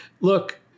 look